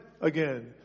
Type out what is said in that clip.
again